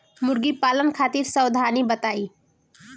मुर्गी पालन खातिर सावधानी बताई?